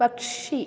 പക്ഷി